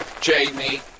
Jamie